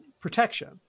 protection